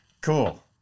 cool